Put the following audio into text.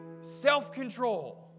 self-control